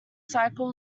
cycle